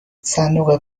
صندوق